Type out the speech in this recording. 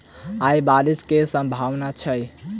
आय बारिश केँ सम्भावना छै?